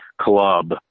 club